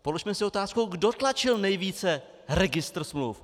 Položme si otázku, kdo tlačil nejvíce registr smluv.